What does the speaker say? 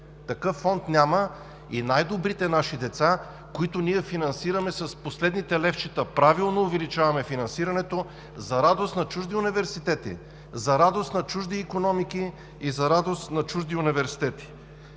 Такъв фонд няма и най-добрите наши деца, които ние финансираме с последните левчета – правилно увеличаваме финансирането, са за радост на чужди университети, за радост на чужди икономики. Второ, какво правим